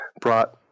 brought